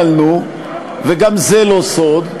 התרגלנו, וגם זה לא סוד,